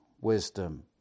wisdom